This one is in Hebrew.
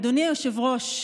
אדוני היושב-ראש,